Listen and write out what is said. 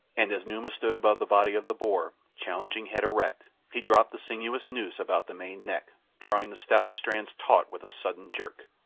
and as numa stood above the body of the boar, challenging head erect, he dropped the sinuous noose about the maned neck, drawing the stout strands taut with a sudden jerk.